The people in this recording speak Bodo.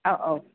औ औ